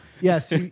Yes